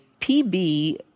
pb